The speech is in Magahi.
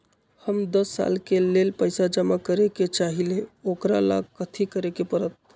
हम दस साल के लेल पैसा जमा करे के चाहईले, ओकरा ला कथि करे के परत?